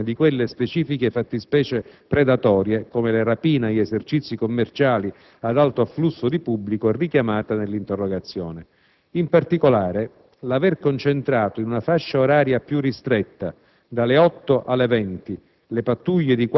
proprio verso il contrasto e la prevenzione di quelle specifiche fattispecie predatorie, come le rapine agli esercizi commerciali ad alto afflusso di pubblico, richiamate nell'interrogazione. In particolare, l'aver concentrato in una fascia oraria più ristretta